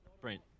Brent